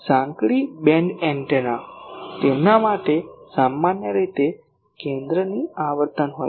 સાંકડી band antenna તેમના માટે સામાન્ય રીતે કેન્દ્રની આવર્તન હોય છે